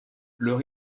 leur